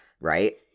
right